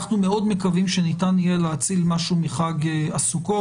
אנחנו מאוד מקווים שניתן יהיה להציל משהו מחג הסוכות.